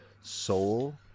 Soul